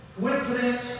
coincidence